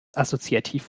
assoziativ